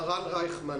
אין שום סיבה